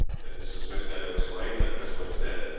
and mrs. smith had to explain that her husband was dead,